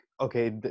okay